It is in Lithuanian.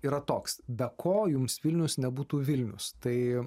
yra toks be ko jums vilnius nebūtų vilnius tai